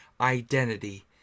identity